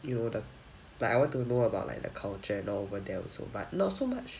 you know the like I want to know about like the culture and over there also but not so much